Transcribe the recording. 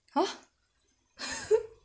ha